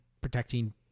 protecting